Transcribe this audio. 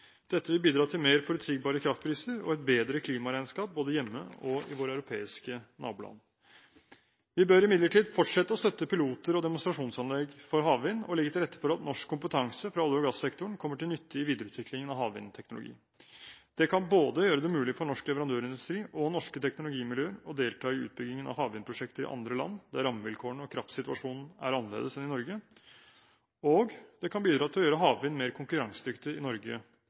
Dette vil bidra til mer forutsigbare kraftpriser og et bedre klimaregnskap både hjemme og i våre europeiske naboland. Vi bør imidlertid fortsette å støtte piloter og demonstrasjonsanlegg for havvind og legge til rette for at norsk kompetanse fra olje- og gassektoren kommer til nytte i videreutviklingen av havvindteknologi. Det kan både gjøre det mulig for norsk leverandørindustri og norske teknologimiljøer å delta i utbyggingen av havvindprosjekter i andre land, der rammevilkårene og kraftsituasjonen er annerledes enn i Norge, og det kan bidra til å gjøre havvind mer konkurransedyktig i Norge